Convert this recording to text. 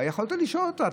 אבל יכולת לשאול אותה,